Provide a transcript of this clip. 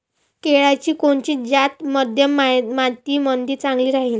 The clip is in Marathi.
केळाची कोनची जात मध्यम मातीमंदी चांगली राहिन?